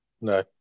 No